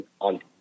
on